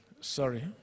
Sorry